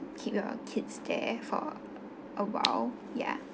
keep your kids there for awhile ya